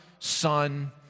Son